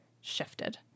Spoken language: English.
shifted